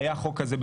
היה חוק כזה,